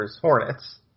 Hornets